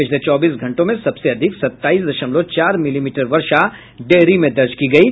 पिछले चौबीस घंटों में सबसे अधिक सताईस दशमलव चार मिलीमीटर वर्षा डेहरी में दर्ज की गयी